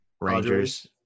Rangers